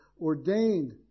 ordained